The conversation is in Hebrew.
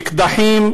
אקדחים,